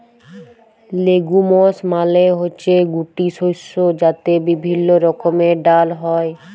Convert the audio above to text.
legumes মালে হচ্যে গুটি শস্য যাতে বিভিল্য রকমের ডাল হ্যয়